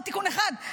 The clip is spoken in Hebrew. עוד תיקון אחד.